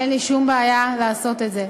אין לי שום בעיה לעשות את זה.